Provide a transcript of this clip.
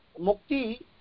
Mukti